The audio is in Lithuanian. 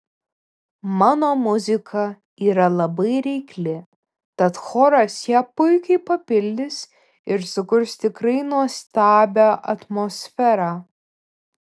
mano muzika yra labai reikli tad choras ją puikiai papildys ir sukurs tikrai nuostabią atmosferą